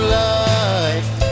light